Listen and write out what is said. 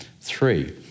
Three